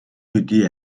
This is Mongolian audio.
төдий